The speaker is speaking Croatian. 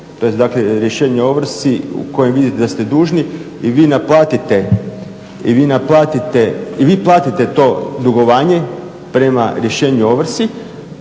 tj. dakle rješenje o ovrsi u kojem vidite da ste dužni i vi platite to dugovanje prema rješenju o ovrsi,